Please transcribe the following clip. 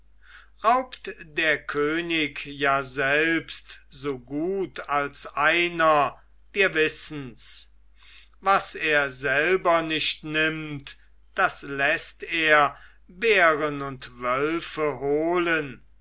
raubt der könig ja selbst so gut als einer wir wissens was er selber nicht nimmt das läßt er bären und wölfe holen